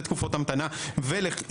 לתקופות המתנה ולחיתום,